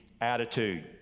attitude